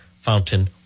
Fountain